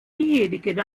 diejenigen